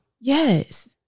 Yes